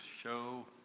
show